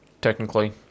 Technically